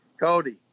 Cody